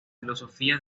filosofía